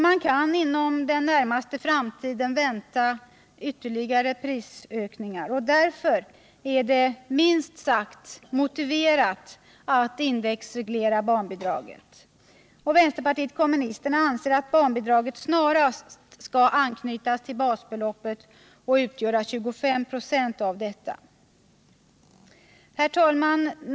Man kan inom en nära framtid vänta ytterligare prisökningar. Därför är det minst sagt motiverat att indexreglera barnbidraget. Vänsterpartiet kommunisterna anser att barnbidraget snarast skall anknyta till basbeloppet och utgöra 25 96 av detta. Herr talman!